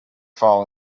fall